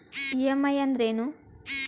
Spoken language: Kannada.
ಇ.ಎಂ.ಐ ಅಂದ್ರೇನು?